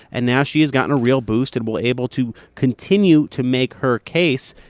and now she has gotten a real boost and will able to continue to make her case,